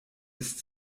ist